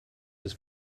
his